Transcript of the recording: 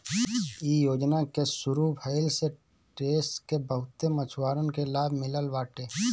इ योजना के शुरू भइले से देस के बहुते मछुआरन के लाभ मिलल बाटे